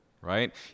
Right